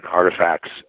artifacts